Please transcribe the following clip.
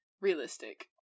realistic